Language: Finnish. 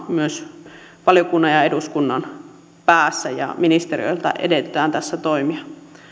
myös valiokunnan ja eduskunnan päässä ministeriöltä edellytetään tässä toimia